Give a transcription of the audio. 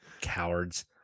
cowards